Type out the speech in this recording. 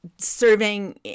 serving